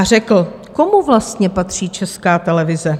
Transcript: Řekl: Komu vlastně patří Česká televize?